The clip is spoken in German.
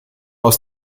aus